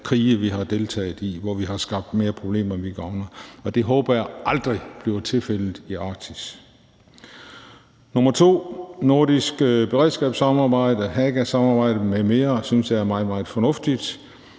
krige, vi har deltaget i, hvor vi har skabt flere problemer, end vi har gavnet. Og det håber jeg aldrig bliver tilfældet i Arktis. Desuden vil jeg sige, at det nordiske beredskabssamarbejde, Hagasamarbejdet m.m., er meget, meget fornuftigt,